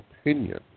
opinion